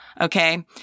Okay